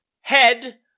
head